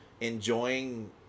enjoying